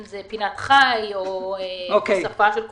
אם זה פינת חי או הופעה של קוסם.